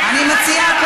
אני מציעה,